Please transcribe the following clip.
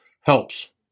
helps